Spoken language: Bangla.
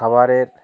খাবারের